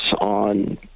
on